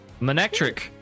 Manectric